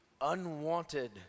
unwanted